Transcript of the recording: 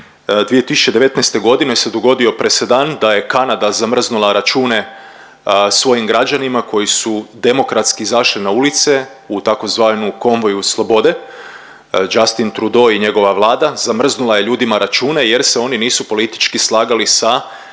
2019. godine se dogodio presedan da je Kanada zamrznula račune svojim građanima koji su demokratski izašli na ulice u tzv. konvoju slobode Justin Trudeau i njegova vlada zamrznula je ljudima račune jer se oni nisu politički slagali sa